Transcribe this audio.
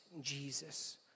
Jesus